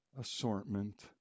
assortment